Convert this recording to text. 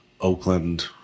Oakland